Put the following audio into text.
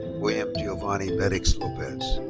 william giovanni bedics-lopez.